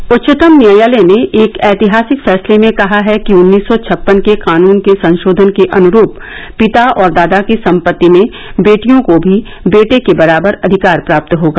है उच्चतम न्यायालय ने एक ऐतिहासिक फैसले में कहा है कि उन्नीस सौ छप्पन के कानून के संशोधन के अनुरूप पिता और दादा की संपत्ति में बेटियों को भी बेटे के बराबर अधिकार प्राप्त होगा